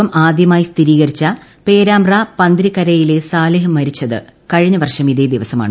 രോഗം ആദ്യമായി സ്ഥിരീകരിച്ച പേരാമ്പ്ര പന്തിരിക്കരയിലെ സാലിഹ് മരിച്ചത് കഴിഞ്ഞ വർഷം ഇതേ ദിവസമാണ്